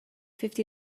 fifty